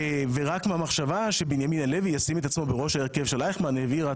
רק המחשבה שבנימין הלוי ישים את עצמו בראש ההרכב של אייכמן העבירה